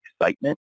excitement